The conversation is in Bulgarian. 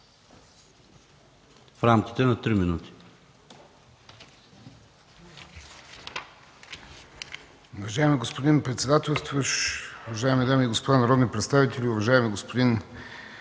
в рамките на две минути.